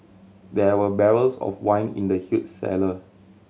there were barrels of wine in the huge cellar